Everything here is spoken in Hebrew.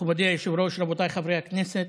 מכובדי היושב-ראש, רבותיי חברי הכנסת,